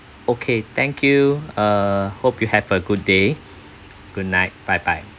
okay thank you uh hope you have a good day good night bye bye